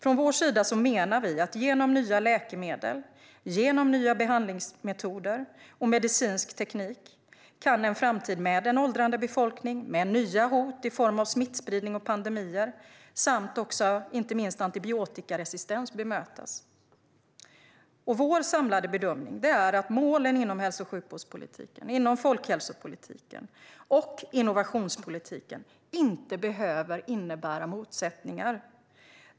Regeringen menar att genom nya läkemedel, behandlingsmetoder och medicinsk teknik kan en framtid med en åldrande befolkning, nya hot i form av smittspridning och pandemier samt antibiotikaresistens bemötas. Vår samlade bedömning är att målen inom hälso och sjukvårdspolitiken, folkhälsopolitiken och innovationspolitiken inte behöver innebära motsättningar.